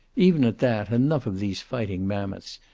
even at that, enough of these fighting mammoths,